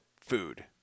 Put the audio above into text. food